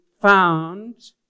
found